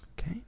okay